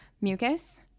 mucus